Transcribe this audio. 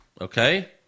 Okay